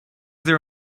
there